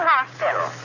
Hospital